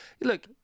Look